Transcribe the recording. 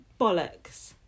Bollocks